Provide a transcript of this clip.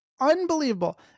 Unbelievable